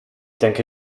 denke